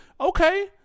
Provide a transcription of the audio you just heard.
okay